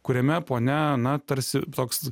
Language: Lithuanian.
kuriame ponia na tarsi toks